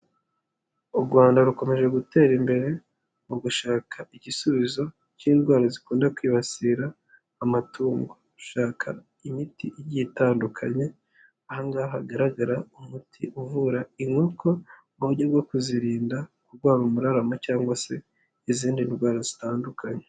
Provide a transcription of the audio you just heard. U Rwanda rukomeje gutera imbere mu gushaka igisubizo cy'indwara zikunda kwibasira amatungo. Gushaka imiti igiye itandukanye, aha ngaha hagaragara umuti uvura inkoko mu buryo bwo kuzirinda kurwara umuraramo cyangwa se izindi ndwara zitandukanye.